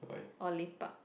or lepak